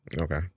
Okay